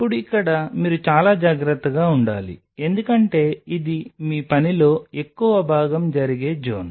ఇప్పుడు ఇక్కడ మీరు చాలా జాగ్రత్తగా ఉండాలి ఎందుకంటే ఇది మీ పనిలో ఎక్కువ భాగం జరిగే జోన్